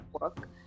work